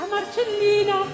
Marcellina